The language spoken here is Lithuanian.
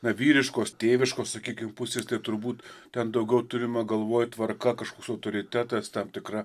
na vyriškos tėviškos sakykim pusės tai turbūt ten daugiau turima galvoj tvarka kažkoks autoritetas tam tikra